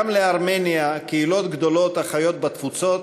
גם לארמניה יש קהילות גדולות החיות בתפוצות,